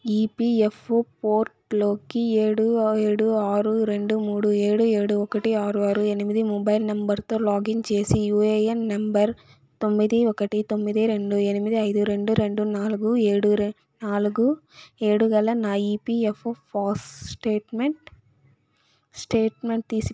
EPFO పోర్ట్లోకి ఏడు ఏడు ఆరు రెండు మూడు ఏడు ఏడు ఒకటి ఆరు ఆరు ఎనిమిది మొబైల్ నంబర్తో లాగిన్ చేసి యుఏఎన్ నెంబర్ తొమ్మిది ఒకటి తొమ్మిది రెండు ఎనిమిది ఐదు రెండు రెండు నాలుగు ఏడు రెం నాలుగు ఏడుగల నా ఈపిఎఫ్ఓ ఫోస్ స్టేట్మెంట్ స్టేట్మెంట్ తీసి